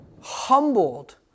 humbled